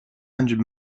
hundred